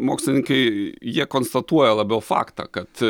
mokslininkai jie konstatuoja labiau faktą kad